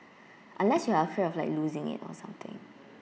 unless you are afraid of like losing it or something